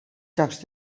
jocs